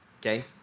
okay